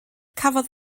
cafodd